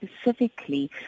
specifically